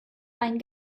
ein